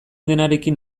denarekin